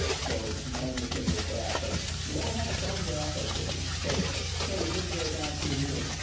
so we can kind of distinguish that but we'll have some grass activity so let's kind of zig zag um through here.